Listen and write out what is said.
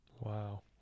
Wow